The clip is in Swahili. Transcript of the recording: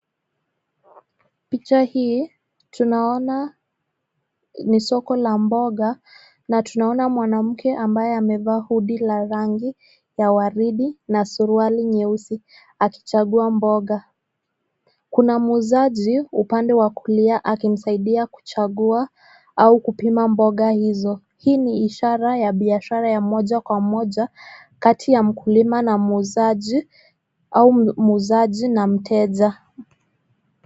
Picha hii tunaona ni soko la mboga na tunaona mwanamke ambaye amevaa (cs) hood (cs) la rangi ya waridi na suruali nyeusi akichagua mboga ,kuna muuzaji upande wa kulia akimsaidia kuchagua au kupima mboga hizo. Hii ni ishara ya biashara ya moja kwa moja kati ya mkulima na muuzaji au muuzaji na mteja.